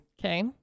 Okay